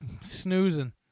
snoozing